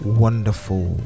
wonderful